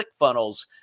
ClickFunnels